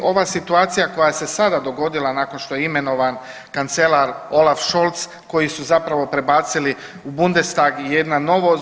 Ova situacija koja se sada dogodila nakon što je imenovan kancelar Olaf Scholz koji su zapravo prebacili u Bundestag je jedna novost.